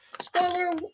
spoiler